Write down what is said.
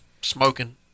smoking